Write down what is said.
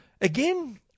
Again